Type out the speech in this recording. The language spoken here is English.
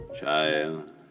child